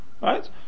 right